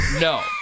No